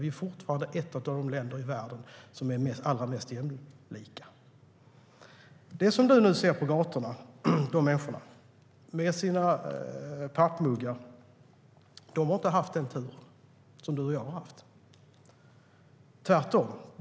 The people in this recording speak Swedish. Vi är fortfarande ett av de allra mest jämlika länderna i världen. De människor Markus Wiechel ser på gatorna, med sina pappmuggar, har inte haft samma tur som du och jag, tvärtom.